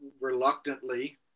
reluctantly